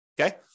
Okay